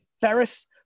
Ferris